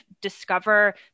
discover